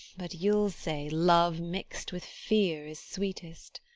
but you ll say love mix'd with fear is sweetest.